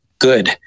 good